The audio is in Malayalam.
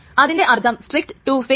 അത് അതിനെ നിരാകരിച്ചു കൊണ്ടേയിരിക്കും